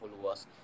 followers